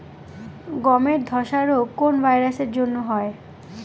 গমের ধসা রোগ কোন ভাইরাস এর জন্য হয়?